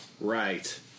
Right